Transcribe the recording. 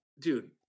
Dude